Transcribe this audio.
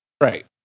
Right